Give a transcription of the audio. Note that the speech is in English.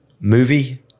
movie